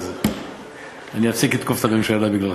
אז אני אפסיק לתקוף את הממשלה בגללך.